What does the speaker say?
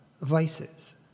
vices